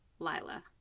Lila